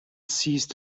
ceased